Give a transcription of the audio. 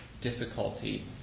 difficulty